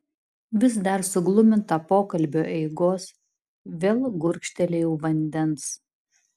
vis dar sugluminta pokalbio eigos vėl gurkštelėjau vandens